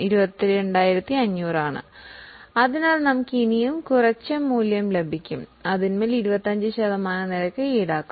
അപ്പോൾ മൂന്നാം വർഷം 75ൽ നിന്ന് 22500 കുറച്ചു അതിൽ 25 ശതമാനം കണ്ടെത്തുന്നു